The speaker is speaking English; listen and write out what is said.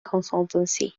consultancy